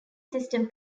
system